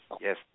Yes